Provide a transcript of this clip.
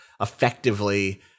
effectively